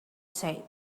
said